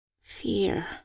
fear